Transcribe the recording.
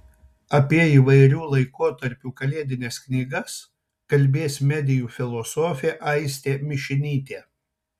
apie įvairių laikotarpių kalėdines knygas kalbės medijų filosofė aistė mišinytė